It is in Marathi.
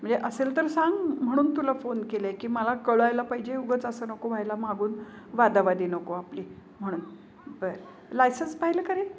म्हणजे असेल तर सांग म्हणून तुला फोन केला आहे की मला कळायला पाहिजे उगाच असं नको व्हायला मागून वादावादी नको आपली म्हणून बर लायसन्स पाहिलं का रे